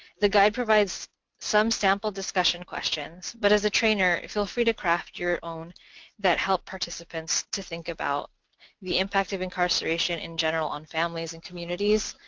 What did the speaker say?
the guide provides some sample discussion questions, but as a trainer, feel free to craft your own that help participants to think about the impact of incarceration in general on families and communities,